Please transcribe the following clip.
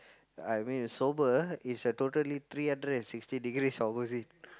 I mean is sober is a totally three hundred and sixty degrees opposite